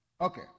okay